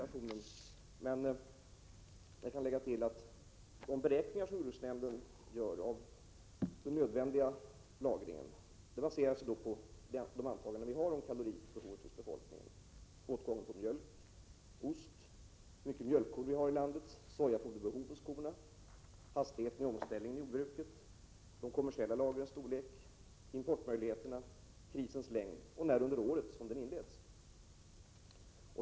Jag kan emellertid tillägga att jordbruksnämndens beräkningar av vilken lagring som är nödvändig baserar sig på de antaganden som vi gör om befolkningens behov av kalorier, åtgången på mjölk och ost, antalet mjölkkor i landet och dessas behov av sojafoder, hastigheten i jordbrukets omställning, de kommersiella lagrens storlek, importmöjligheterna samt krisens längd och vid vilken tidpunkt av året som den inleds.